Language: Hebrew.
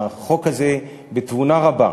חקיקת החוק הזה בתבונה רבה.